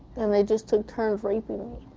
and they just took turns raping me.